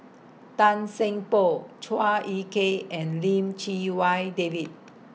Tan Seng Poh Chua Ek Kay and Lim Chee Wai David